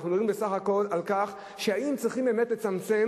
אנחנו מדברים בסך הכול על כך: האם צריכים באמת לצמצם